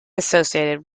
associated